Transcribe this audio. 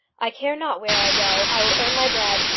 i care not where i go. i will earn my bread.